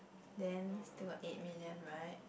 then still got eight million right